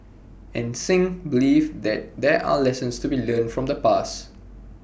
and Singh believes that there are lessons to be learnt from the past